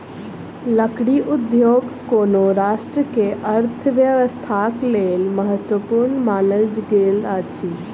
लकड़ी उद्योग कोनो राष्ट्र के अर्थव्यवस्थाक लेल महत्वपूर्ण मानल गेल अछि